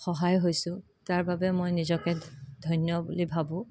সহায় হৈছো তাৰবাবে মই নিজকে ধন্য বুলি মই ভাবোঁ